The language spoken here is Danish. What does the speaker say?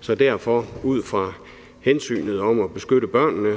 Så derfor, ud fra hensynet om at beskytte børnene,